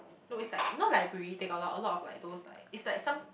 no it's like you know library they got a lot a lot of like those like it's like some